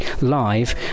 live